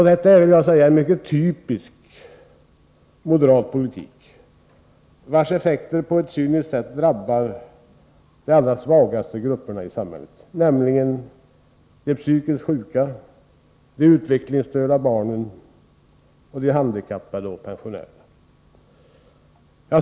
Detta är en mycket typisk moderat politik, vars effekter på ett cyniskt sätt drabbar de allra svagaste grupperna i samhället, nämligen de psykiskt sjuka, de utvecklingsstörda barnen samt handikappade och pensionärer.